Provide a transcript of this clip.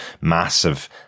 massive